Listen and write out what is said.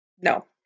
no